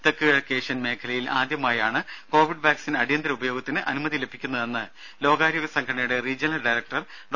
തെക്കു കിഴക്ക് ഏഷ്യൻ മേഖലയിൽ ആദ്യമായാണ് കോവിഡ് വാക്സിൻ അടിയന്തര ഉപയോഗത്തിന് അനുമതി ലഭിക്കുന്നതെന്ന് ലോകാരോഗ്യ സംഘടനയുടെ റീജിയണൽ ഡയറക്ടർ ഡോ